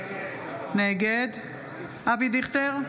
נגד אבי דיכטר,